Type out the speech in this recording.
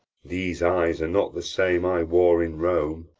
these eyes are not the same i wore in rome.